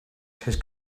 his